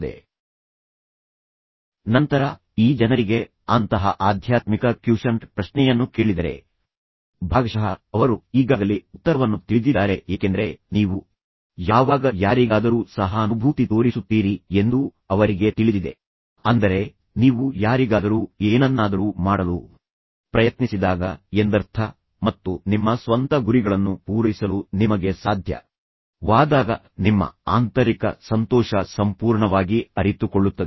ತದನಂತರ ನೀವು ಈ ಜನರಿಗೆ ಅಂತಹ ಆಧ್ಯಾತ್ಮಿಕ ಕ್ಯೂಶನ್ಟ್ ಪ್ರಶ್ನೆಯನ್ನು ಕೇಳಿದರೆ ಭಾಗಶಃ ಅವರು ಈಗಾಗಲೇ ಉತ್ತರವನ್ನು ತಿಳಿದಿದ್ದಾರೆ ಏಕೆಂದರೆ ನೀವು ಯಾವಾಗ ಯಾರಿಗಾದರೂ ಸಹಾನುಭೂತಿ ತೋರಿಸುತ್ತೀರಿ ಎಂದು ಅವರಿಗೆ ತಿಳಿದಿದೆ ಆಗ ನೀವು ಸಂತೋಷವನ್ನು ಪಡೆಯುತ್ತೀರಿ ಅಂದರೆ ನೀವು ಯಾರಿಗಾದರೂ ಏನನ್ನಾದರೂ ಮಾಡಲು ಪ್ರಯತ್ನಿಸಿದಾಗ ಎಂದರ್ಥ ಆದ್ದರಿಂದ ಅದನ್ನು ಮಾಡುವಾಗ ಮತ್ತು ನಿಮ್ಮ ಸ್ವಂತ ಗುರಿಗಳನ್ನು ಪೂರೈಸಲು ನಿಮಗೆ ಸಾಧ್ಯವಾಗುತ್ತದೆ ಎಂದು ಅರಿತುಕೊಳ್ಳುವಾಗ ಯಾರಿಗಾದರೂ ಏನನ್ನಾದರೂ ಮಾಡಲು ಸಾಧ್ಯವಾದಾಗ ನಿಮ್ಮ ಆಂತರಿಕ ಸಂತೋಷ ಸಂಪೂರ್ಣವಾಗಿ ಅರಿತುಕೊಳ್ಳುತ್ತದೆ